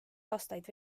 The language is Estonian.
aastaid